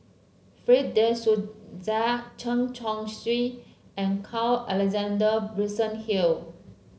Fred De Souza Chen Chong Swee and Carl Alexander Gibson Hill